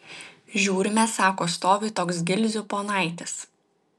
žiūrime sako stovi toks gilzių ponaitis